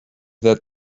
that